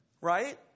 right